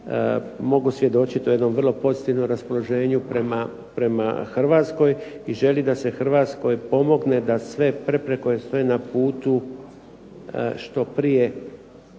mogu svjedočit o jednom vrlo pozitivnom raspoloženju prema Hrvatskoj i želji da se Hrvatskoj pomogne da sve prepreke koje joj stoje na putu što prije